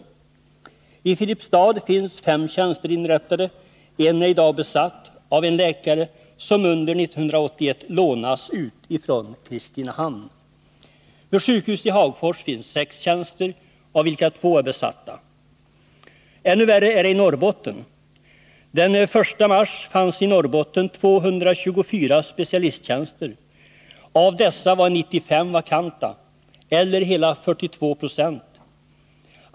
I Filipstad finns fem tjänster inrättade. En är i dag besatt av en läkare som under 1981 lånats ut från Kristinehamn. Vid sjukhuset i Hagfors finns sex tjänster av vilka två är besatta. Ännu värre är det i Norrbotten. Den 1 mars fanns i Norrbotten 224 specialisttjänster. Av dessa var 95 vakanta, eller hela 42 26.